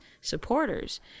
supporters